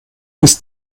ist